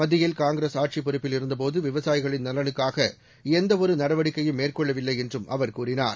மத்தியில் காங்கிரஸ் ஆட்சிப் பொறுப்பில் இருந்தபோது விவசாயிகளின் நலனுக்காக எந்த ஒரு நடவடிக்கையும் மேற்கொள்ளவில்லை என்றும் அவர் கூறினார்